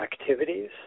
activities